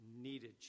needed